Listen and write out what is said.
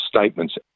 statements